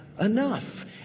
enough